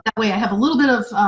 that way i have a little bit of,